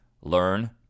Learn